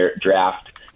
draft